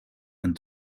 and